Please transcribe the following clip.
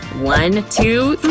one, two,